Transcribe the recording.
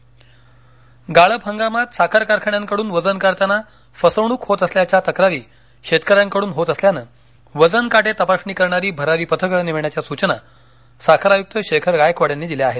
वजन काटे तपासणी भरारी पथक गाळप हंगामात साखर कारखान्यांकडून वजन करताना फसवणूक होत असल्याच्या तक्रारी शेतकऱ्यांकडून होत असल्यानं वजन काटे तपासणी करणारी भरारी पथकं नेमण्याच्या सुचना साखर आयुक्त शेखर गायकवाड यांनी दिल्या आहेत